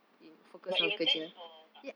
but you attached or tak